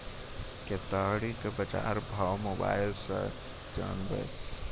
केताड़ी के बाजार भाव मोबाइल से जानवे?